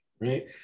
right